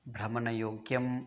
भ्रमणयोग्यम्